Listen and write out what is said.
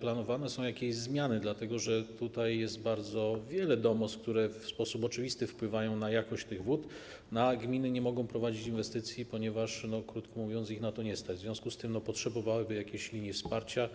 planowane są jakieś zmiany, dlatego że tutaj jest bardzo wiele domostw, które w sposób oczywisty wpływają na jakość tych wód, a gminy nie mogą prowadzić inwestycji, ponieważ, krótko mówiąc, ich na to nie stać, w związku z tym potrzebowałyby jakiejś linii wsparcia.